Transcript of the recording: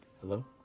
Hello